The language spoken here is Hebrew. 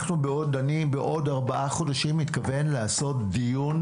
בעוד ארבעה חודשים אני מתכוון לעשות דיון